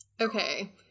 Okay